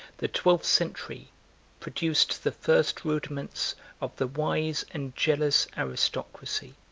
the twelfth century produced the first rudiments of the wise and jealous aristocracy,